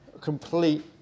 complete